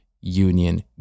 union